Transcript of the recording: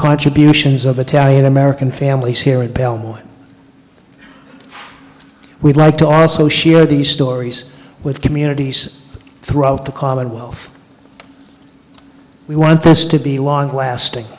contributions of italian american families here at belmore we'd like to also share these stories with communities throughout the commonwealth we want this to be long lasting